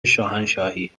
شاهنشاهی